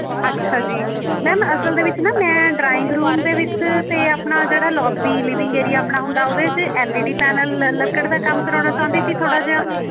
ਅੱਛਾ ਜੀ ਮੈਮ ਅਸਲ ਦੇ ਵਿੱਚ ਨਾ ਮੈਂ ਡਰਾਇੰਗ ਰੂਮ ਦੇ ਵਿੱਚ ਅਤੇ ਆਪਣਾ ਜਿਹੜਾ ਲੋਬੀ ਲਿਵਿੰਗ ਏਰੀਆ ਆਪਣਾ ਹੁੰਦਾ ਉਹਦੇ 'ਚ ਐਲਈਡੀ ਪੈਨਲ ਲ ਲੱਕੜ ਦਾ ਕੰਮ ਕਰਾਉਣਾ ਚਾਹੁੰਦੀ ਸੀ ਥੋੜ੍ਹਾ ਜਿਹਾ